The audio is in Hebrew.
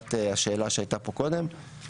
מבחינת השאלה שהייתה פה קודם,